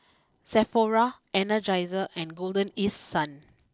Sephora Energizer and Golden East Sun